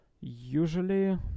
usually